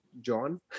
John